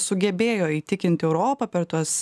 sugebėjo įtikinti europą per tuos